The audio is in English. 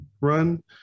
run